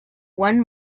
one